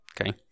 okay